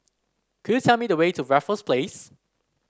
could you tell me the way to Raffles Place